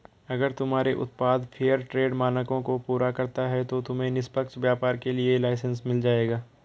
अगर तुम्हारे उत्पाद फेयरट्रेड मानकों को पूरा करता है तो तुम्हें निष्पक्ष व्यापार के लिए लाइसेन्स मिल जाएगा